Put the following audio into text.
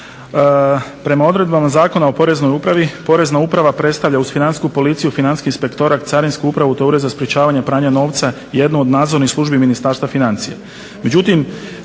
Prema odredbama Zakona o Poreznoj upravi Porezna uprava predstavlja uz Financijsku policiju, Financijski inspektorat, Carinsku upravu te Ured za sprečavanje pranja novca, jednu od nadzornih službi Ministarstva financija.